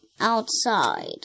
outside